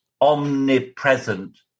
omnipresent